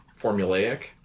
formulaic